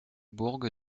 bourg